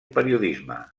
periodisme